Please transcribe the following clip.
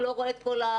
הוא לא רואה את כל הארץ,